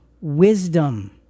Wisdom